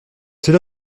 cela